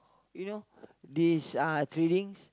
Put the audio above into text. you know these uh tradings